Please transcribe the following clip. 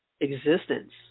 existence